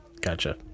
gotcha